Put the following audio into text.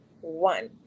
one